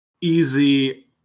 easy